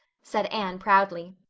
said anne proudly.